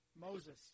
Moses